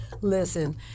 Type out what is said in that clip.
listen